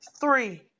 three